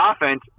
offense